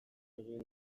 egin